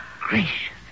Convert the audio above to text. gracious